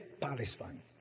Palestine